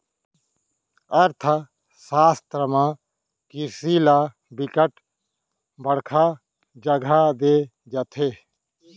अर्थसास्त्र म किरसी ल बिकट बड़का जघा दे जाथे